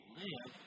live